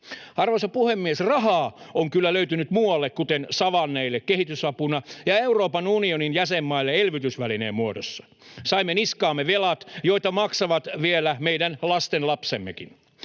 Arvoisa puhemies! Rahaa on kyllä löytynyt muualle, kuten savanneille kehitysapuna ja Euroopan unionin jäsenmaille elvytysvälineen muodossa. Saimme niskaamme velat, joita maksavat vielä meidän lastenlapsemmekin.